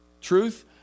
Truth